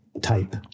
Type